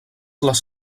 les